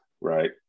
right